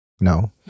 No